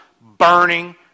burning